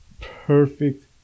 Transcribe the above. perfect